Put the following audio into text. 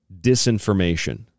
disinformation